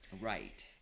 Right